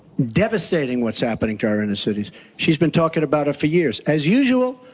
devastating what's happening to our inner cities. she's been talking about for years. as usual,